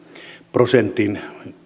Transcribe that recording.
prosentin